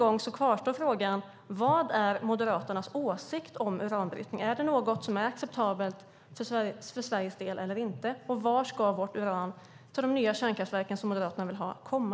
Frågan kvarstår: Vad är Moderaternas åsikt om uranbrytning? Är det något som är acceptabelt för Sveriges del eller inte? Och varifrån ska vårt uran till de nya kärnkraftverken, som Moderaterna vill ha, komma?